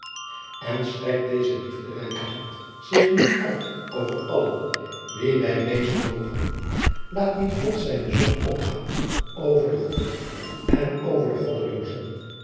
strekt deze liefderijke hand zich niet uit over allen wie zij wezen mogen laat niet god zijne zon opgaan over de goeden en over de goddeloozen